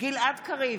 גלעד קריב,